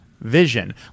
vision